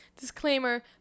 Disclaimer